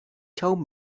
told